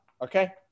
Okay